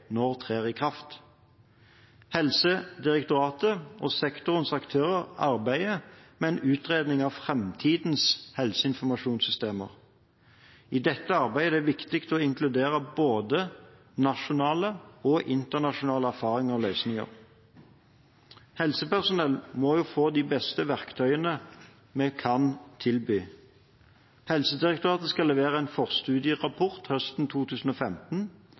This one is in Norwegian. nå trer i kraft. Helsedirektoratet og sektorens aktører arbeider med en utredning av framtidens helseinformasjonssystem. I dette arbeidet er det viktig å inkludere både nasjonale og internasjonale erfaringer og løsninger. Helsepersonell må få de beste verktøyene vi kan tilby. Helsedirektoratet skal levere en forstudierapport høsten 2015.